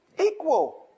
Equal